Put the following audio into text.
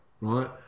right